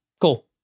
Cool